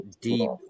deep